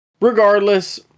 regardless